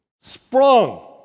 sprung